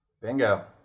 Bingo